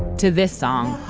to this song